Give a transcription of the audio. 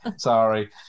Sorry